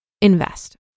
Invest